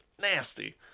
nasty